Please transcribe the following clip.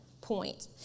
point